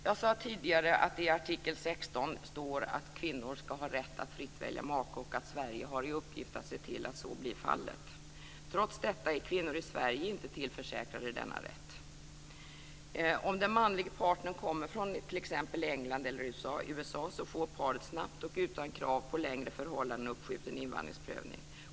Jag sade tidigare att det i artikel 16 står att kvinnor ska ha rätt att fritt välja make och att Sverige har i uppgift att se till att så blir fallet. Trots detta är kvinnor i Sverige inte tillförsäkrade denna rätt. Om den manlige partnern kommer från t.ex. England eller USA får paret snabbt och utan krav på längre förhållande uppskjuten invandringsprövning.